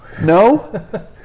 No